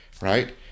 right